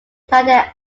died